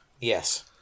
Yes